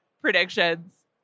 predictions